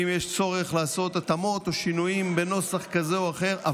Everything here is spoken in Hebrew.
אם יש צורך לעשות התאמות או שינויים בנוסח כזה או אחר,